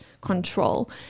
control